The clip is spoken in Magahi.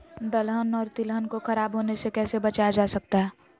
दलहन और तिलहन को खराब होने से कैसे बचाया जा सकता है?